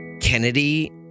Kennedy